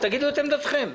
תגידו את עמדתכם.